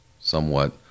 somewhat